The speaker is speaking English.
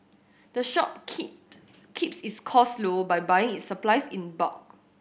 the shop keep keeps its costs low by buying its supplies in bulk